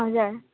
हजुर